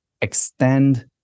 extend